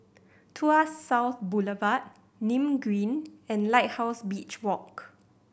Tuas South Boulevard Nim Green and Lighthouse Beach Walk